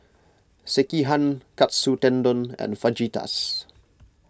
Sekihan Katsu Tendon and Fajitas